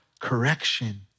correction